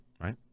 right